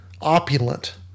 opulent